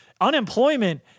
unemployment